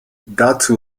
dazu